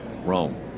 Rome